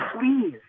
please